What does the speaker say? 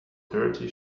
thirty